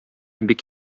бик